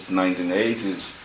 1980s